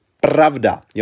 Pravda